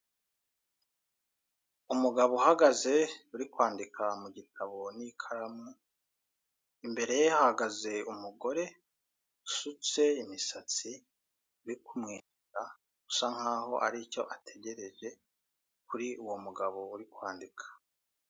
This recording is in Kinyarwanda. Umugabo uhagaze uri kwandika mu gitabo n'ikaramu, imbere ye hahagaze umugore usutse imisatsi uri kumwenyura usa nkaho hari icyo ategereje kuri uwo mugabo uri kwandika.